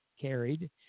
carried